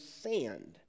sand